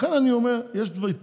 לכן אני אומר, יש התפתחויות,